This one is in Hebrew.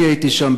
אני הייתי שם,